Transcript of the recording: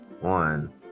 one